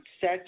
set